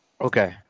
Okay